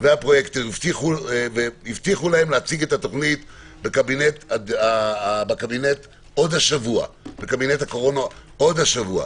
והפרויקטור הבטיחו להם להציג את התוכנית בקבינט הקורונה עוד השבוע.